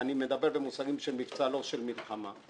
ואני מדבר במושגים של מבצע ולא של מלחמה,